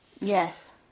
Yes